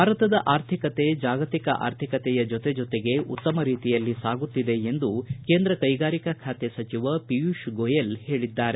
ಭಾರತದ ಆರ್ಥಿಕತೆ ಜಾಗತಿಕ ಆರ್ಥಿಕತೆಯ ಜೊತೆ ಜೊತೆಗೆ ಉತ್ತಮ ರೀತಿಯಲ್ಲಿ ಸಾಗುತ್ತಿದೆ ಎಂದು ಕೇಂದ್ರ ಕೈಗಾರಿಕಾ ಖಾತೆ ಸಚಿವ ಪಿಯೂಷ್ ಗೋಯಲ್ ಹೇಳಿದ್ದಾರೆ